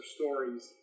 stories